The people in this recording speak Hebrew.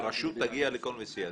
הרשות תגיע לכל מסיע.